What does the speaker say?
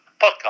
podcast